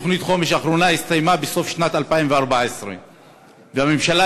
תוכנית החומש האחרונה הסתיימה בסוף שנת 2014. הממשלה